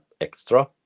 extra